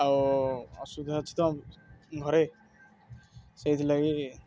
ଆଉ ଅସୁବିଧା ଅଛି ତ ଘରେ ସେଇଥିଲାଗି